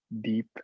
deep